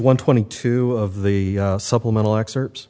one twenty two of the supplemental excerpts